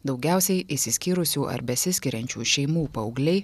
daugiausiai išsiskyrusių ar besiskiriančių šeimų paaugliai